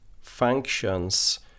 functions